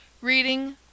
Reading